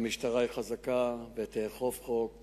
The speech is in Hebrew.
המשטרה חזקה ותאכוף חוק